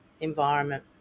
environment